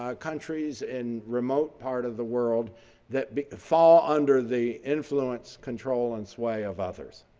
ah countries and remote part of the world that fall under the influence, control and sway of others.